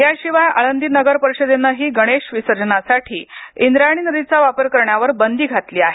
याशिवाय आळंदी नगर परिषदेनंही गणेश विसर्जनासाठी इंद्रायणी नदीचा वापर करण्यावर बंदी घातली आहे